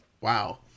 Wow